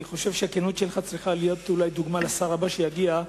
אני חושב שהכנות שלך צריכה אולי להיות דוגמה לשר הבא שיגיע,